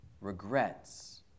Regrets